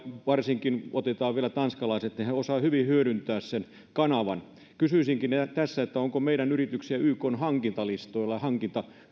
varsinkin tanskalaiset osaavat hyvin hyödyntää sen kanavan kysyisinkin tässä onko meidän yrityksiä ykn hankintalistoilla ja